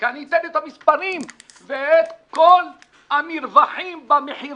כי אני אתן את המספרים ואת כל המרווחים במחירים,